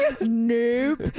Nope